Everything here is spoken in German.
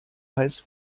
heiß